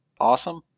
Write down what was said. awesome